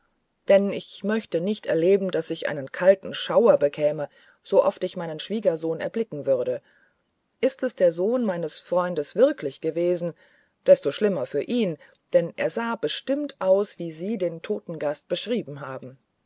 denn ich möchte nicht erleben daß ich einen kalten schauer bekäme so oft ich meinen schwiegersohn erblicken würde ist es der sohn meines freundes wirklich gewesen desto schlimmer für ihn denn er sah bestimmt aus wie sie den toten gast beschrieben haben